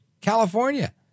California